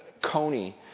Coney